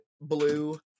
blue